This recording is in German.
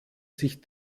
sich